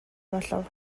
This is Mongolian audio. болов